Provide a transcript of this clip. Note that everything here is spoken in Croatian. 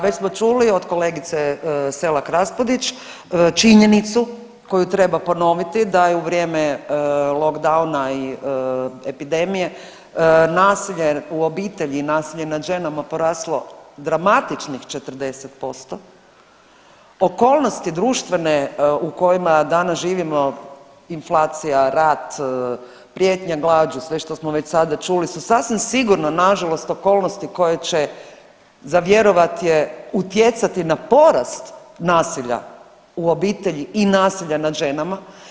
Već smo čuli od kolegice SElak Raspudić činjenicu koju treba ponoviti da je u vrijeme lockdowna i epidemije nasilje u obitelji i nasilje nad ženama poraslo dramatičnih 40%, okolnosti društvene u kojima danas živimo inflacija, rat, prijetnja glađu sve što smo već sada čuli su sasvim sigurno nažalost okolnosti koje će za vjerovat je utjecati na porast nasilja u obitelji i nasilja nad ženama.